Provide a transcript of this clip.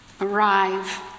arrive